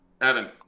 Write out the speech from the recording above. Evan